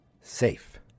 safe